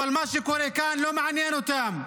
אבל מה שקורה כאן לא מעניין אותם.